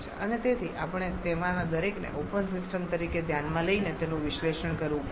અને તેથી આપણે તેમાંના દરેકને ઓપન સિસ્ટમ તરીકે ધ્યાનમાં લઈને તેનું વિશ્લેષણ કરવું પડશે